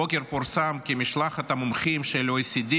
הבוקר פורסם כי משלחת המומחים של ה-OECD